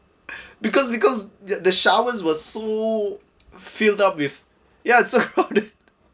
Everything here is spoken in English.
because because the showers was so filled up with ya